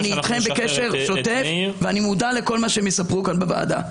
אני איתכם בקשר שוטף ואני מודע לכל מה שהם יספרו כאן לוועדה.